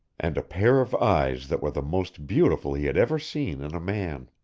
and a pair of eyes that were the most beautiful he had ever seen in a man.